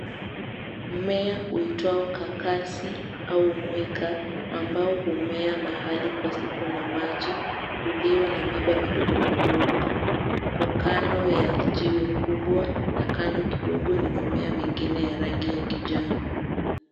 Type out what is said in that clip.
Mmea uitwao kakasi au mwika ambao humea mahali pasipo na maji ulio na miba midogo midogo huko kando ya jiwe kubwa na kando kidogo ni mimea mingine ya rangi ya kijani.